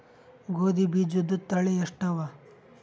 ಗೋಧಿ ಬೀಜುದ ತಳಿ ಎಷ್ಟವ?